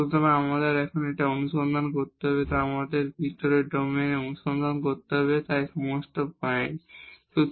সুতরাং আমাদের এখন যা অনুসন্ধান করতে হবে তা আমাদের ডোমেনের ভিতরে অনুসন্ধান করতে হবে তাই এই সমস্ত পয়েন্ট